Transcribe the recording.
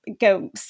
go